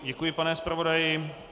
Děkuji, pane zpravodaji.